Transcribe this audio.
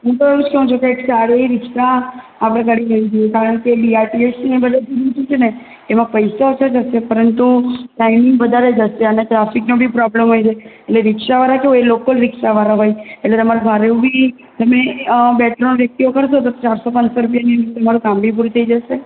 હું તો એવું જ કહું છું કે એક સારી એવી રીક્ષા અગર ગાડી લેવી જોઈએ કારણકે બીઆરટીએસની કનેક્ટિવિટી છે ને એમાં પૈસો ઓછા જશે પણ ટાઈમિંગ વધારે જશે અને ટ્રાફિકનો બી પ્રોબ્લેમ હોય છે એટલે રિક્ષાવાળા કેવું હોય કે લોકલ રીક્ષાવાળા હોય એટલે તમારે ભાડું બી તમે બે ત્રણ વ્યક્તિઓ કરશો તો ચારસો પાંચસો રૂપિયાની અંદર તમારું કામ બી પૂરું થઈ જશે